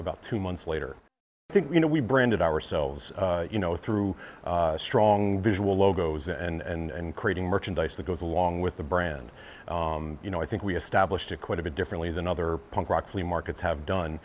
about two months later i think you know we branded ourselves you know through strong visual logos and creating merchandise that goes along with the brand you know i think we established a quite a bit differently than other punk rock flea markets have done